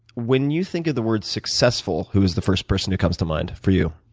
when you think of the word successful who's the first person who comes to mind for you?